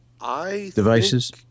devices